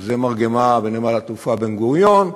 פגזי מרגמה בנמל התעופה בן-גוריון,